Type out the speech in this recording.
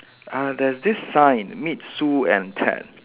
uh there's this sign meet Sue and Ted